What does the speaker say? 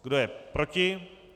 Kdo je proti?